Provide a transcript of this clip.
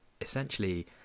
essentially